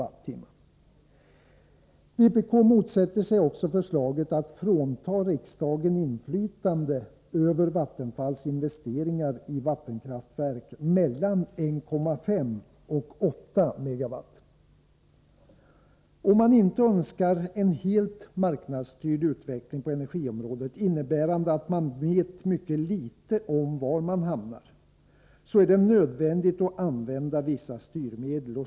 Vpk motsätter sig också förslaget att frånta riksdagen inflytande över Vattenfalls investeringar i vattenkraftverk mellan 1,5 och 8 MW. Om man inte önskar en helt marknadsstyrd utveckling på energiområdet — innebärande att man vet mycket litet om var man hamnar — är det nödvändigt att använda vissa styrmedel.